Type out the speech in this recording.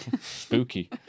Spooky